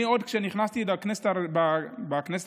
כבר כשנכנסתי לכנסת העשרים-ואחת